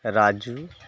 Raju